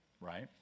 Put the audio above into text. right